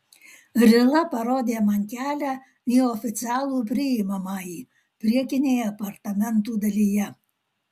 rila parodė man kelią į oficialų priimamąjį priekinėje apartamentų dalyje